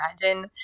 imagine